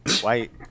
white